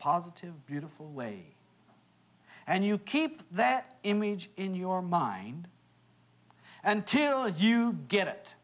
positive beautiful way and you keep that image in your mind until you get it